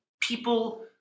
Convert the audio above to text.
people